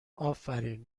آفرین